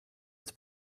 its